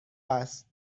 است